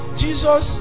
jesus